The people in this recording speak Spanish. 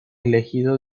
elegido